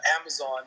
Amazon